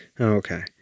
okay